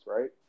Right